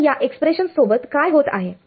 तर या एक्स्प्रेशन्स सोबत काय होत आहे